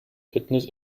fitness